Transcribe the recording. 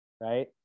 right